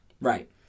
right